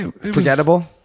forgettable